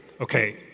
Okay